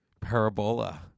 Parabola